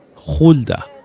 hulda.